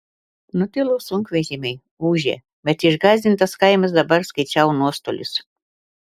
nutilo sunkvežimiai ūžę bet išgąsdintas kaimas dabar skaičiavo nuostolius